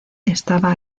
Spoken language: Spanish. estaba